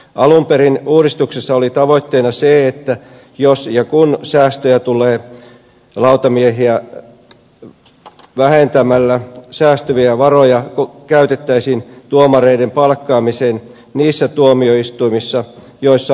alun perin uudistuksessa oli tavoitteena se että jos ja kun säästöjä tulee lautamiehiä vähentämällä säästyviä varoja käytettäisiin tuomareiden palkkaamiseen niissä tuomioistuimissa joissa on ruuhkaa